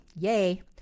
Yay